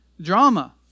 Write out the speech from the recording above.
Drama